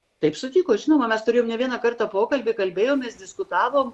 taip sutiko žinoma mes turėjom ne vieną kartą pokalbį kalbėjomės diskutavom